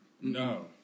No